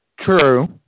True